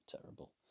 Terrible